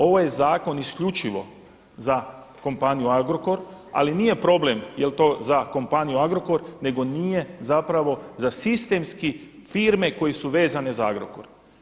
Ovo je zakon isključivo za kompaniju Agrokor, ali nije problem jel' to za kompaniju Agrokor, nego nije zapravo za sistemski firme koje su vezane za Agrokor.